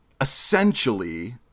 essentially